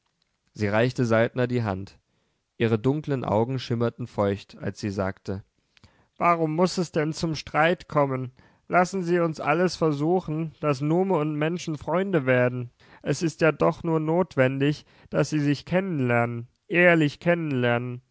sie reichte saltner die hand ihre dunklen augen schimmerten feucht als sie sagte warum muß es denn zum streit kommen lassen sie uns alles versuchen daß nume und menschen freunde werden es ist ja doch nur notwendig daß sie sich kennenlernen ehrlich